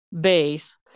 base